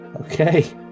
Okay